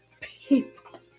people